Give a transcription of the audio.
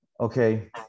Okay